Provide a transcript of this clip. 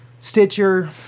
Stitcher